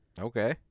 Okay